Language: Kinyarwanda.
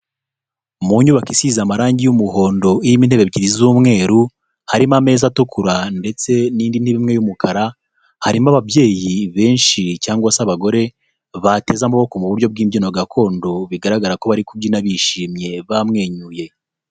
Mu nyubako isize amarangi y'umuhondo irimo intebe ebyiri z'umweru, harimo ameza atukura ndetse n'indi ntebe imwe y'umukara, harimo ababyeyi benshi cyangwa se abagore bateze amaboko mu buryo bw'imbyino gakondo bigaragara ko bari kubyina bishimye bamwenyuye.